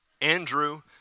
Andrew